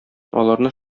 аларны